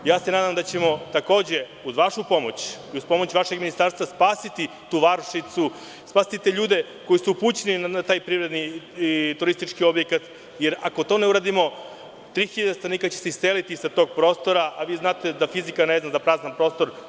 Nadam se da ćemo takođe uz vašu pomoć i uz pomoć vašeg ministarstva spasiti tu varošicu, spasiti te ljude koji su upućeni na taj turistički objekat, jer ako to ne uradimo 3.000 stanovnika će se iseliti sa tog prostora, a vi znate da fizika ne zna za prazan prostor.